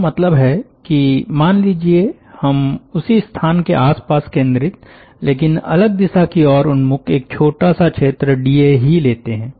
इसका मतलब है कि मान लीजिये हम उसी स्थान के आसपास केंद्रित लेकिन अलग दिशा की ओर उन्मुख एक अलग छोटा सा क्षेत्र डीए ही लेते हैं